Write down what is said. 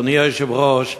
אדוני היושב-ראש,